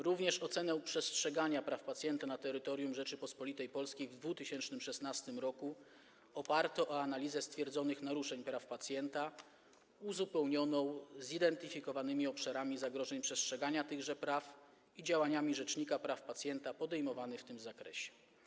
Również ocenę przestrzegania praw pacjenta na terytorium Rzeczypospolitej Polskiej w 2016 r. oparto na analizie stwierdzonych naruszeń praw pacjenta, uzupełnionej zidentyfikowanymi obszarami zagrożeń przestrzegania tychże praw i działaniami rzecznika praw pacjenta podejmowanymi w tym zakresie.